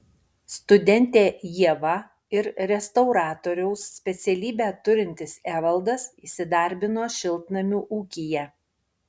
studentė ieva ir restauratoriaus specialybę turintis evaldas įsidarbino šiltnamių ūkyje